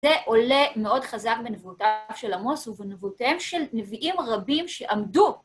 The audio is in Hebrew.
זה עולה מאוד חזק בנבואותיו של עמוס ובנבואותיהם של נביאים רבים שעמדו.